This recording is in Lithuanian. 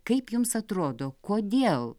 kaip jums atrodo kodėl